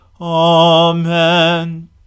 Amen